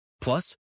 Plus